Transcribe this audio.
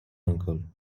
uncle